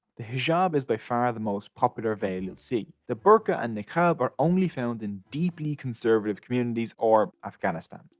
the hijab is by far the most popular veil you'll and see. the burqa and niqab are only found in deeply conservative communities or afghanistan.